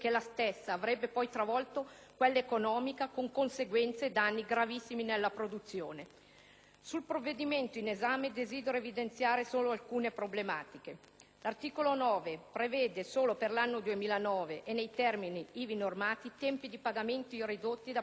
l'economia con conseguenze e danni gravissimi per la produzione. In merito al provvedimento in esame desidero evidenziare alcune problematiche. L'articolo 9 prevede, solo per l'anno 2009 e nei termini ivi normati, tempi di pagamento ridotti da parte della pubblica amministrazione.